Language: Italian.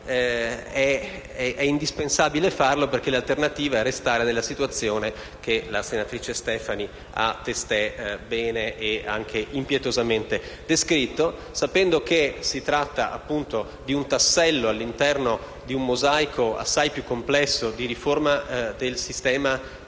È indispensabile farlo perché l'alternativa è restare nella situazione che la senatrice Stefani ha testé descritto bene e anche impietosamente, sapendo che si tratta di un tassello all'interno di un mosaico assai più complesso di riforma del sistema giudiziario